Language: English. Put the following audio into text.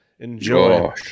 Enjoy